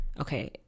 okay